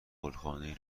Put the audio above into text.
گلخانهای